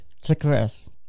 success